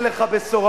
אין לך בשורה,